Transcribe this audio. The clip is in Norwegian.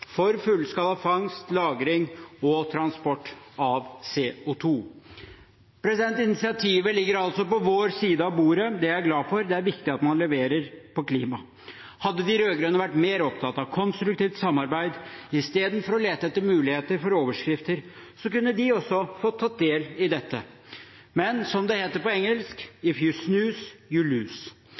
for fullskala fangst, lagring og transport av CO 2 .» Initiativet ligger altså på vår side av bordet. Det er jeg glad for. Det er viktig at man leverer på klima. Hadde de rød-grønne vært mer opptatt av konstruktivt samarbeid enn av å lete etter muligheter for overskrifter, kunne de også fått tatt del i dette. Men, som det heter på engelsk,